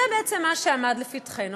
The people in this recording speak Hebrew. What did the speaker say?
זה בעצם מה שעמד לפתחנו.